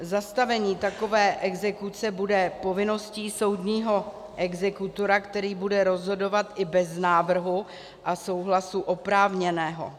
Zastavení takové exekuce bude povinností soudního exekutora, který bude rozhodovat i bez návrhu a souhlasu oprávněného.